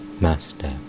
Master